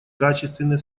качественное